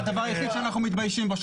זה הדבר היחיד שאנחנו מתביישים בו,